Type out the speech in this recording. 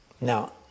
Now